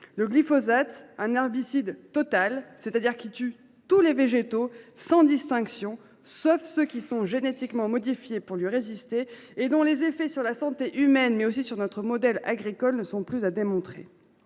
ce produit est un herbicide « total », qui tue tous les végétaux, sans distinction, sauf ceux qui sont génétiquement modifiés pour lui résister, et que ses effets sur la santé humaine, mais aussi sur notre modèle agricole, ne sont plus à démontrer.